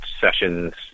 Sessions